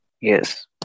Yes